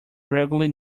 regularly